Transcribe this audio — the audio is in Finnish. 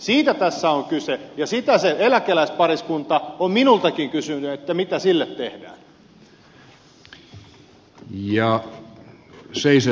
siitä tässä on kyse ja sitä se eläkeläispariskunta on minultakin kysynyt että mitä sille tehdään